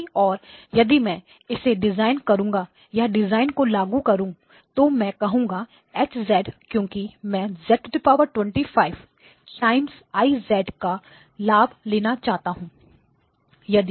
दूसरी ओर यदि मैं इसे डिज़ाइन करूँ या डिज़ाइन को लागू करूँ तो मैं कहूँगा H क्योंकि मैं z25 टाइम्स I का लाभ लेना चाहूँगा